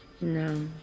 No